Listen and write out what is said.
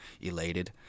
elated